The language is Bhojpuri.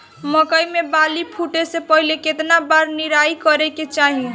मकई मे बाली फूटे से पहिले केतना बार निराई करे के चाही?